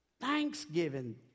Thanksgiving